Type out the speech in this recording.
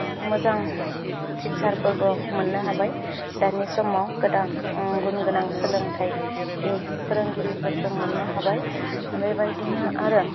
मोजां टिचारफोरबो मोननो हाबाय दानि समाव गोबां गुनगोनां सोलोंथायनि फोरोंगिरिफोर जों मोननो हाबाय बेबायदिनो आरो